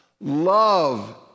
love